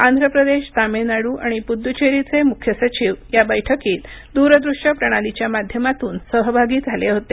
आंध्र प्रदेश तामिळनाडू आणि पुद्धचेरीचे मुख्य सचिव या बैठकीत दूरदृश्य प्रणालीच्या माध्यमातून सहभागी झाले होते